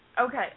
Okay